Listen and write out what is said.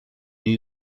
new